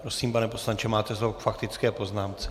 Prosím, pane poslanče, máte slovo k faktické poznámce.